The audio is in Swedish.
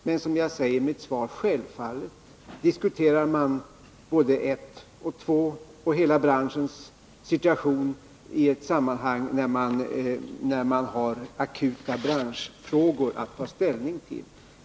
Men som jag säger i mitt svar: Självfallet diskuterar man både ett och två och hela branschens situation i ett sammanhang när man har akuta branschfrågor att ta ställning till.